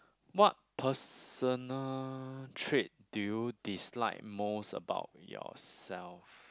what personal trait do you dislike most about yourself